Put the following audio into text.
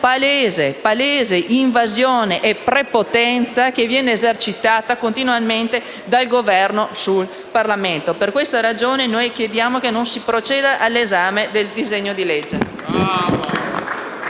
di una palese invasione e di una prepotenza esercitate continuamente dal Governo sul Parlamento. Per questa ragione, noi chiediamo che non si proceda all'esame del disegno di legge